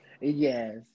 Yes